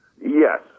Yes